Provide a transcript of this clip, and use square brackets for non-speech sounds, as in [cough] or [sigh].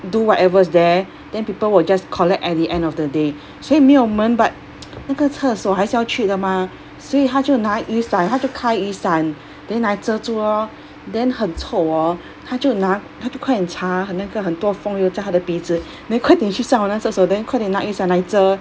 do whatever's there then people will just collect at the end of the day 所以没有门 but [noise] 那个厕所还是要去的 mah 所以她就拿雨伞她就开雨伞 then 来遮住 lor then 很臭 orh 她就拿她就快点搽那个很多风油在她的鼻子 then 快点去上那个厕所 then 快点拿雨伞来遮